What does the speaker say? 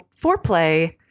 foreplay